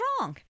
wrong